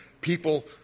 People